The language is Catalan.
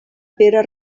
pere